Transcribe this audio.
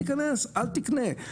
אם אתה לא רוצה אז אל תיכנס, אל תקנה.